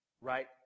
Right